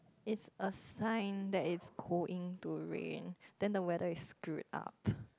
it's a sign that it's going to rain then the weather is screwed up